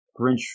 Grinch –